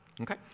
Okay